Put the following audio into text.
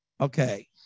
Okay